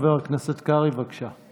חבר הכנסת קרעי, בבקשה.